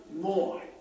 more